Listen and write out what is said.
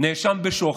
נאשם בשוחד.